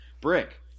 Brick